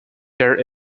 there